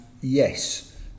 Yes